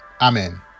Amen